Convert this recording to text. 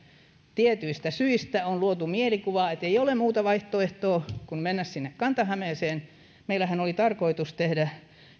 tietyistä syistä on luotu mielikuva ettei ole muuta vaihtoehtoa kuin mennä sinne kanta hämeeseen meillähän oli tarkoitus tehdä